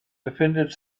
befindet